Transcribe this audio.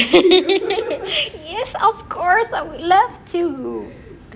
yes of course I would love to